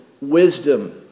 wisdom